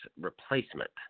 replacement